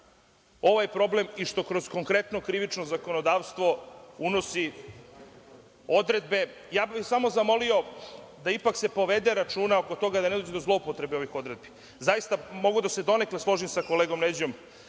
ovaj problem i što kroz konkretno krivično zakonodavstvo unosi odredbe. Samo bih zamolio da ipak se povede računa oko toga da ne dođe do zloupotrebe ovih odredbi. Zaista mogu da se donekle složim sa kolegom Neđom